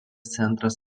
centras